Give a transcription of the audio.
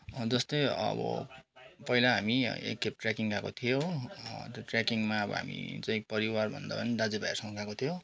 जस्तै अब पहिला हामी एकखेप ट्रेकिङ गएको थियौँ त्यो ट्रेकिङमा अब हामी चाहिँ परिवार भन्दा पनि दाजुभाइहरूसँग गएको थियौँ